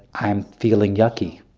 i'm feeling yucky,